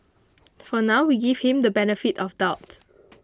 for now we give him the benefit of doubt